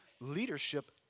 leadership